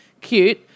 cute